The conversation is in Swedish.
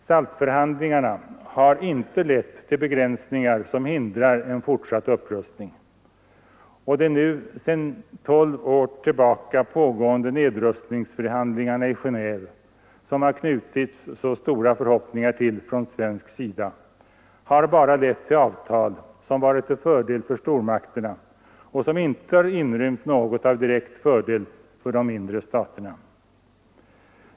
SALT-förhandlingarna har inte lett till begränsningar som hindrar en fortsatt upprustning, och de nu sedan tolv år pågående nedrustningsförhandlingarna i Genåve, som det knutits så stora förhoppningar till från svensk sida, har endast lett till avtal som varit till fördel för stormakterna men inte inrymt något av direkt fördel för de mindre staterna.